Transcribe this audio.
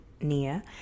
Nia